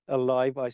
alive